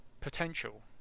potential